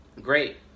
great